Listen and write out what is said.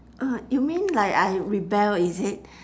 uh you mean like I rebel is it